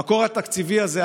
המקור התקציבי הזה,